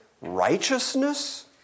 righteousness